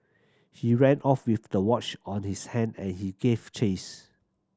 he ran off with the watch on his hand and he gave chase